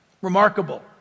Remarkable